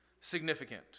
significant